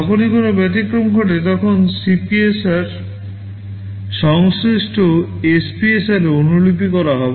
যখনই কোনও ব্যতিক্রম ঘটে তখন CPSR সংশ্লিষ্ট SPRএ অনুলিপি করা হবে